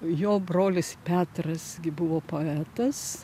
jo brolis petras gi buvo poetas